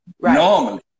Normally